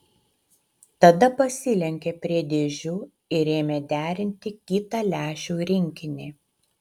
tada pasilenkė prie dėžių ir ėmė derinti kitą lęšių rinkinį